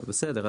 בסדר.